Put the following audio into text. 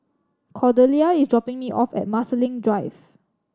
Cordelia is dropping me off at Marsiling Drive